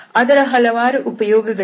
ಅದರ ಹಲವಾರು ಉಪಯೋಗಗಳಿವೆ